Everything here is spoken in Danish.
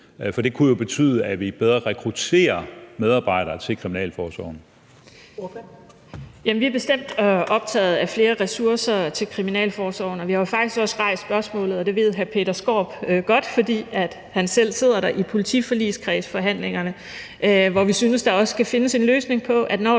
Ordføreren. Kl. 14:34 Karina Lorentzen Dehnhardt (SF): Vi er bestemt optaget af at få flere ressourcer til kriminalforsorgen, og vi har jo faktisk også rejst spørgsmålet, og det ved hr. Peter Skaarup godt, fordi han selv sidder i politiforligskredsforhandlingerne, hvor vi synes at der også skal findes en løsning på det,